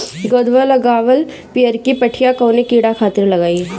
गोदवा लगवाल पियरकि पठिया कवने कीड़ा खातिर लगाई?